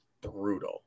brutal